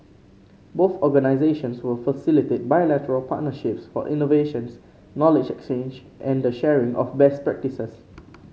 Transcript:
both organisations will facilitate bilateral partnerships for innovations knowledge exchange and the sharing of best practices